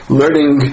learning